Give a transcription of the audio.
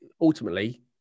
Ultimately